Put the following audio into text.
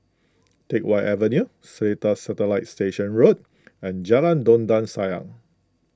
Teck Whye Avenue Seletar Satellite Station Road and Jalan Dondang Sayang